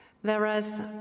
whereas